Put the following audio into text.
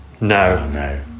No